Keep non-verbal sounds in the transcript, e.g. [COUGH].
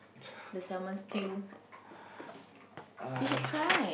[LAUGHS] I